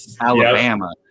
Alabama